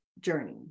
journey